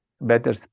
better